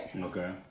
Okay